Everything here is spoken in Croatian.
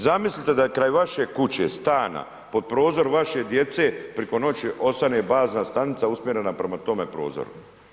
Zamislite da kraj vaše kuće, stana pod prozor vaše djece preko noći ostane bazna stanica usmjerena prema tome prozoru.